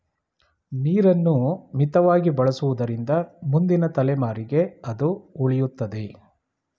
ನೀರನ್ನು ಮಿತವಾಗಿ ಬಳಸುವುದರಿಂದ ಮುಂದಿನ ತಲೆಮಾರಿಗೆ ಅದು ಉಳಿಯುತ್ತದೆ